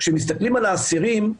כשמסתכלים על האסירים,